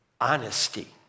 honesty